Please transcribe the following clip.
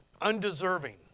Undeserving